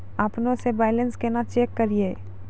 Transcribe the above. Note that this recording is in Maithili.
अपनों से बैलेंस केना चेक करियै?